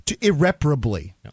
irreparably